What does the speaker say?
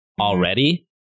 already